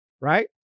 Right